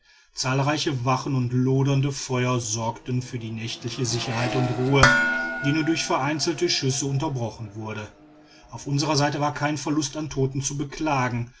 zahlreiche wachen und lodernde feuer sorgten für die nächtliche sicherheit und ruhe die nur durch vereinzelte schüsse unterbrochen wurde auf unserer seite war kein verlust an toten zu beklagen